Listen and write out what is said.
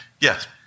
Yes